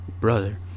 brother